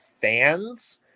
fans